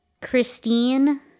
Christine